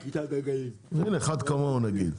אחד כמוהו נגיד,